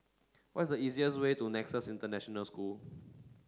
what is the easiest way to Nexus International School